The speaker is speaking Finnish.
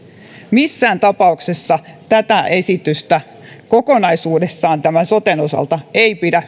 missään tapauksessa tätä esitystä kokonaisuudessaan tämän soten osalta ei pidä